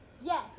Yes